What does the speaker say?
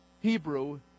hebrew